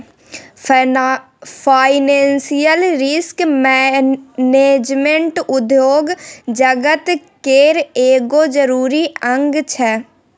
financial risk management उद्योग जगत केर एगो जरूरी अंग छै